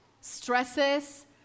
stresses